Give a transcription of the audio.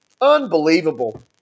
Unbelievable